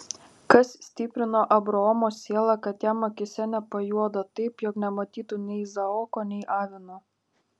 kas stiprino abraomo sielą kad jam akyse nepajuodo taip jog nematytų nei izaoko nei avino